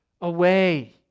away